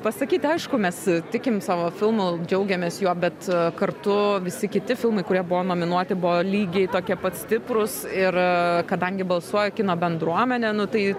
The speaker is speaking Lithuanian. pasakyti aišku mes tikim savo filmu džiaugiamės juo bet kartu visi kiti filmai kurie buvo nominuoti buvo lygiai tokie pat stiprūs ir kadangi balsuoja kino bendruomenė tai